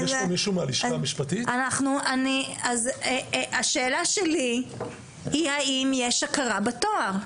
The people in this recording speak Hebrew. אז השאלה שלי היא האם יש הכרה בתואר?